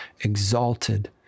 exalted